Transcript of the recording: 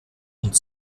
und